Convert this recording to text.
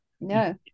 No